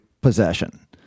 possession